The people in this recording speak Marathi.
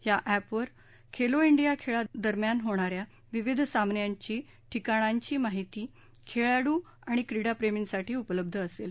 या एपवर खोलो इंडिया खेळादरम्यान होणा या विविध सामन्यांची ठिकाणांची माहिती खेळाडू आणि क्रिडाप्रेमींसाठी उपलब्ध असेल